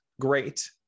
great